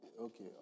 okay